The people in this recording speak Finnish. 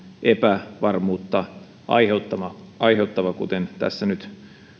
epävarmuutta aiheuttava kuten tässä nyt